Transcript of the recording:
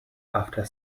after